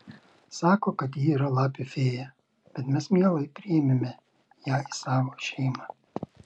sako kad ji yra lapių fėja bet mes mielai priėmėme ją į savo šeimą